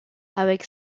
avec